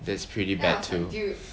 that's pretty bad too